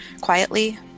quietly